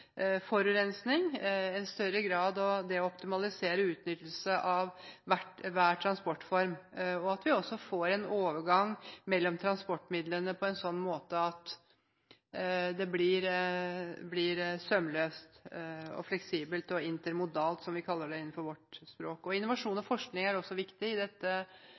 større grad av det å optimalisere utnyttelsen av hver transportform, og at vi også får en overgang mellom transportmidlene på en slik måte at det blir sømløst, fleksibelt og intermodalt, som vi kaller det på vårt språk. Innovasjon og forskning er også viktig i dette